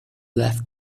left